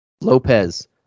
Lopez